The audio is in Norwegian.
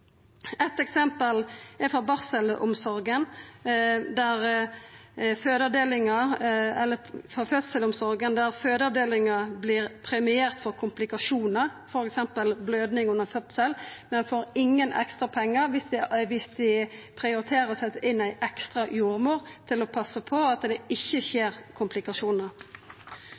Eitt eksempel er frå fødselsomsorga, der fødeavdelinga vert premiert for komplikasjonar, f.eks. bløding under fødsel, men ikkje får ekstra pengar viss ein prioriterer å setja inn ei ekstra jordmor til å passa på at det ikkje vert komplikasjonar.